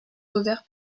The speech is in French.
revers